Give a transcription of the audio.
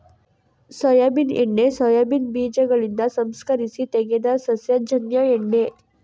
soybean ಎಣ್ಣೆ soybean ಬೀಜಗಳಿಂದ ಸಂಸ್ಕರಿಸಿ ತೆಗೆದ ಸಸ್ಯಜನ್ಯ ಎಣ್ಣೆ